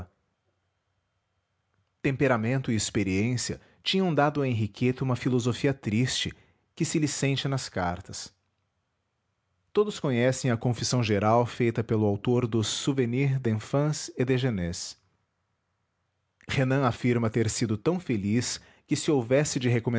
temperamento e experiência tinham dado a henriqueta uma filosofia triste que se lhe sente nas cartas todos conhecem a confissão geral feita pelo autor dos souvenirs d'enfance et de jeunesse renan afirma ter sido tão feliz que se houvesse de